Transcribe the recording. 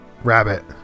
rabbit